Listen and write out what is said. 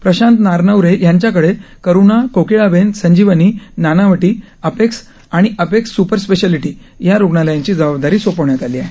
प्रशांत नारनवरे यांच्याकडे करूणा कोकिळाबेन संजीवनी नाणावटी अपेक्स आणि Apex superspeciality या रुग्णालयांची जबाबदारी सोपवण्यात आली आहे